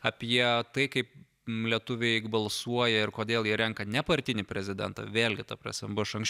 apie tai kaip lietuviai balsuoja ir kodėl jie renka nepartinį prezidentą vėlgi ta prasme buvo iš anksčiau